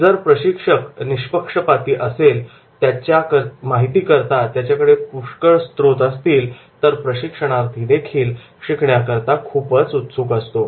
जर प्रशिक्षक निष्पक्षपाती असेल आणि त्याच्या माहितीकरता त्याच्याकडे पुष्कळ स्त्रोत असतील तर प्रशिक्षणार्थीदेखील शिकण्याकरता खूपच उत्सुक असतो